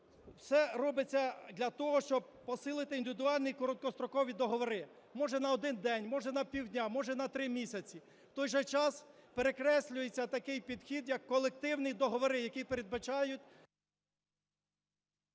все робиться для того, щоб посилити індивідуальні короткострокові договори, може, на один день, може, на півдня, може, на три місяці. В той же час перекреслюється такий підхід як колективні договори, які передбачають…